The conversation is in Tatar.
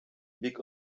бик